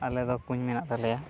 ᱟᱞᱮ ᱫᱚ ᱠᱩᱧ ᱢᱮᱱᱟᱜ ᱛᱟᱞᱮᱭᱟ